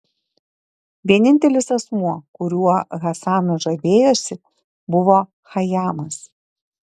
vienintelis asmuo kuriuo hasanas žavėjosi buvo chajamas